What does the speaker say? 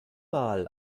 mal